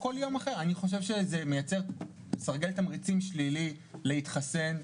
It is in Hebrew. אני חושב שזה מייצר סרגל תמריצים שלילי להתחסן,